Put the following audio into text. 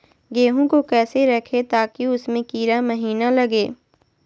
गेंहू को कैसे रखे ताकि उसमे कीड़ा महिना लगे?